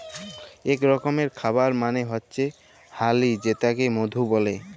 ইক রকমের খাবার মালে হচ্যে হালি যেটাকে মধু ব্যলে